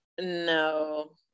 no